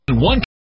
one